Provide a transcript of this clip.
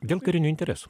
dėl karinių interesų